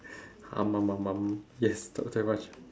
um um um um yes top ten must